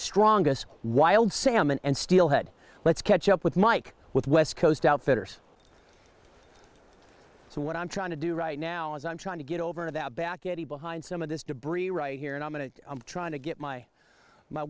strongest wild salmon and steelhead let's catch up with mike with west coast outfitters so what i'm trying to do right now is i'm trying to get over to the back getting behind some of this debris right here and i'm going to i'm trying to get my my